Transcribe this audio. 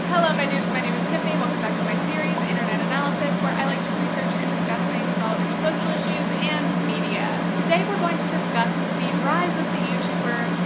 hello my dudes, my name is tiffany. welcome back to my series internet analysis, where i like to research and discuss things relevant to social issues and media. today we're going to discuss the rise of the youtuber,